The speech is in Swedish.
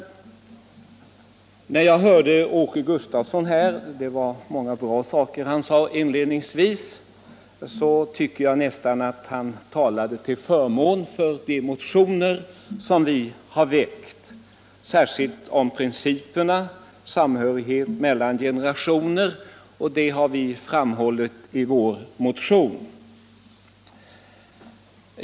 Det var många bra saker som Åke Gustavsson i Nässjö sade inledningsvis i sitt anförande. När jag hörde honom tyckte jag nästan att han talade för vår motion, särskilt då han talade om principerna och om samhörigheten mellan generationerna. Det är synpunkter som vi har framhållit i vår motion.